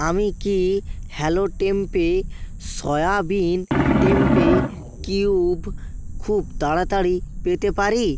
আমি কি hello tempeh soybean tempeh cube খুব তাড়াতাড়ি পেতে পারি